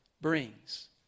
brings